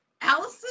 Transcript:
Allison